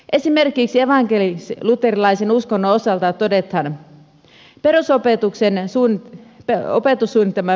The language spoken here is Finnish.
esimerkiksi evankelisluterilaisen uskonnon osalta todetaan perusopetussuunnitelman perusteissa